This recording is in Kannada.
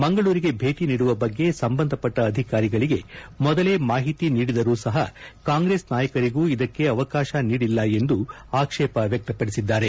ಮಂಗಳೂರಿಗೆ ಭೇಟಿ ನೀಡುವ ಬಗ್ಗೆ ಸಂಬಂಧಪಟ್ಟ ಅಧಿಕಾರಿಗಳಿಗೆ ಮೊದಲೇ ಮಾಹಿತಿ ನೀಡಿದರೂ ಸಪ ಕಾಂಗ್ರೆಸ್ ನಾಯಕರಿಗೂ ಇದಕ್ಕೆ ಅವಕಾಶ ನೀಡಿಲ್ಲ ಎಂದು ಆಕ್ಷೇಪ ವ್ಲಕ್ತಪಡಿಸಿದ್ದಾರೆ